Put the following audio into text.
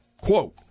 Quote